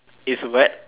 it's wet